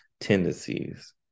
tendencies